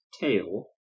tail